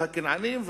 אלא הכנענים,